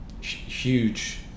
huge